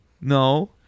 No